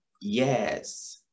Yes